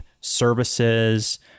services